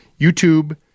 YouTube